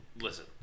listen